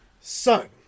son